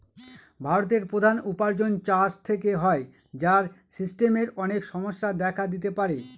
ভারতের প্রধান উপার্জন চাষ থেকে হয়, যার সিস্টেমের অনেক সমস্যা দেখা দিতে পারে